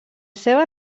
seva